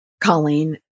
Colleen